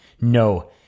No